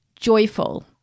joyful